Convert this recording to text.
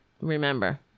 Remember